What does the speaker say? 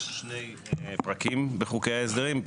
יש שני פרקים בחוקי ההסדרים.